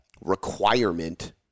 requirement